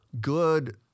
good